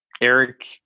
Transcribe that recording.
Eric